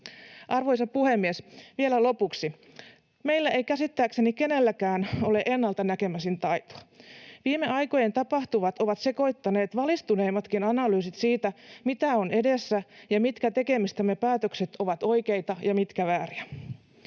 Arvoisa puhemies! Vielä lopuksi: Meillä ei käsittääkseni kenelläkään ole ennaltanäkemisen taitoa. Viime aikojen tapahtumat ovat sekoittaneet valistuneimmatkin analyysit siitä, mitä on edessä ja mitkä tekemistämme päätöksistä ovat oikeita ja mitkä vääriä.